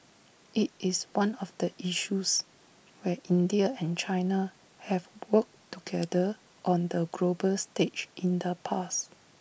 IT is one of the issues where India and China have worked together on the global stage in the past